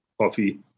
coffee